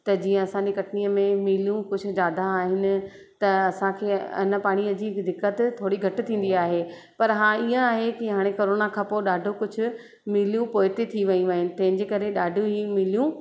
त जीअं असांजे कटनीअ में मिलूं कुझु ज़्यादाह आहिनि त असांखे अन पाणीअ जी दिक़त थोरी घटि थींदी आहे पर हा ईअं आहे की हाणे करोना खां पोइ ॾाढो कुझु मिलियूं पोइ ते थी वियूं आहिनि तंहिंजे करे ॾाढो ई मिलियूं